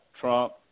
Trump